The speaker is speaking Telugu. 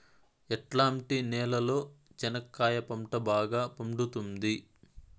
ఎట్లాంటి నేలలో చెనక్కాయ పంట బాగా పండుతుంది?